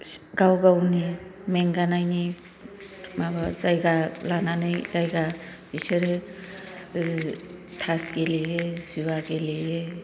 गाव गावनि मेंगानायनि माबा जायगा लानानै जायगा बिसोरो ओ ताश गेलेयो जुवा गेलेयो